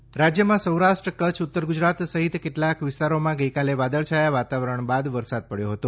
હવામાન રાજ્યમાં સૌરાષ્ટ્ર કચ્છ ઉત્તર ગુજરાત સહિત કેટલાંક વિસ્તારોમાં ગઇકાલે વાદળછાયા વાતાવરણ બાદ વરસાદ પડ્યો હતો